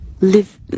live